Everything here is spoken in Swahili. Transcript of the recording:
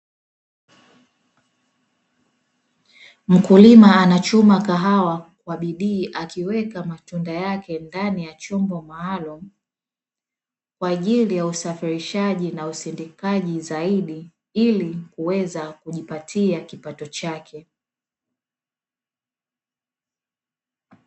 Mkulima anachuma kahawa kwa bidii, akiweka matunda yake ndani ya chombo maalumu kwa ajili ya usafirishaji na usindikaji zaidi, ili kuweza kujipatia kipato chake.